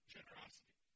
Generosity